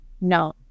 no